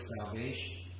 salvation